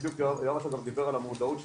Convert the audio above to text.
בדיוק יואב עכשיו דיבר על מודעות של